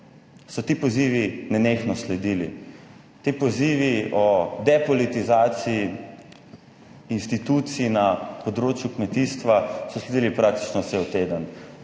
so ti pozivi nenehno sledili. Ti pozivi o depolitizaciji institucij na področju kmetijstva so sledili praktično cel teden,